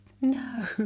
No